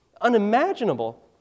unimaginable